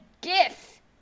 gif